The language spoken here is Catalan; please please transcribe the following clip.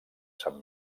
sant